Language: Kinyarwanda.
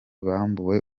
bambuwe